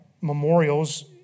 memorials